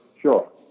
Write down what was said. Sure